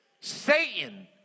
Satan